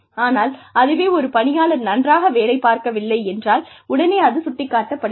ஆனால் அதுவே ஒரு பணியாளர் நன்றாக வேலை பார்க்க வில்லை என்றால் உடனே அது சுட்டிக்காட்டப்படுகிறது